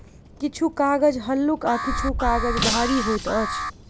किछु कागज हल्लुक आ किछु काजग भारी होइत अछि